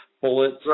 Bullets